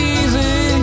easy